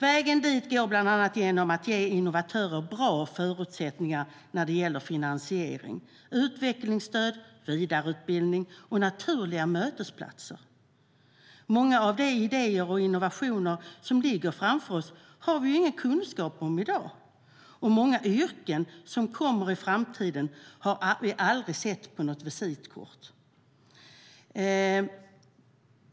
Vägen dit går bland annat genom att ge innovatörer bra förutsättningar när det gäller finansiering, utvecklingsstöd, vidareutbildning och naturliga mötesplatser. Många av de idéer och innovationer som ligger framför oss har vi ju ingen kunskap om i dag, och många yrken som kommer i framtiden har vi aldrig sett på något visitkort.